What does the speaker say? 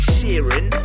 Sheeran